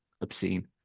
obscene